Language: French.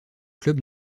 club